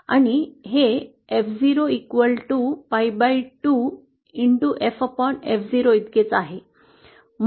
आणि हे F 0 pi2 ffo इतके च आहे